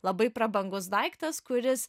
labai prabangus daiktas kuris